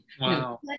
Wow